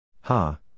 Ha